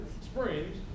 Springs